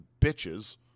bitches